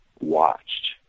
watched